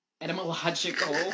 Etymological